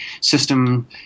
system